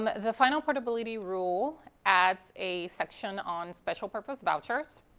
the final portability rule adds a section on special purpose vouchers.